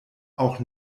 auch